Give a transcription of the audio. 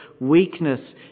weakness